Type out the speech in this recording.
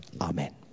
Amen